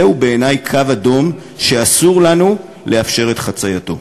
זה בעיני קו אדום, שאסור לנו לאפשר את חצייתו.